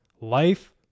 Life